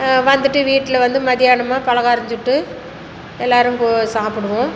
வந்துட்டு வீட்டில் வந்து மதியானமாக பலகாரம் சுட்டு எல்லோரும் போ சாப்பிடுவோம்